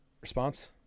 Response